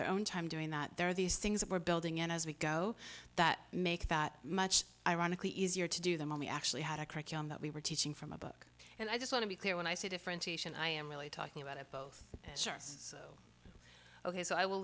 their own time doing that there are these things that we're building and as we go that make that much ironically easier to do them and we actually had a curriculum that we were teaching from a book and i just want to be clear when i say differentiation i am really talking about it both charts ok so i will